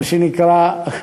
מה שנקרא,